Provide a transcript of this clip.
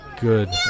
Good